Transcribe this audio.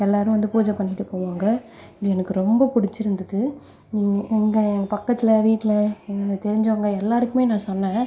எல்லோரும் வந்து பூஜை பண்ணிட்டுப்போவாங்க இது எனக்கு ரொம்ப பிடிச்சிருந்தது இங்கே எங் பக்கத்தில் வீட்டில் எனக்கு தெரிஞ்சவங்க எல்லாருக்கும் நான் சொன்னேன்